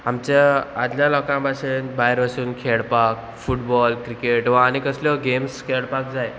आमच्या आदल्या लोकां भाशेन भायर वचून खेळपाक फुटबॉल क्रिकेट वा आनी कसल्यो गेम्स खेळपाक जाय